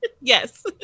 Yes